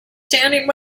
standing